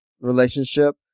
relationship